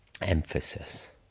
emphasis